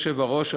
אדוני היושב-ראש,